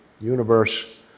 universe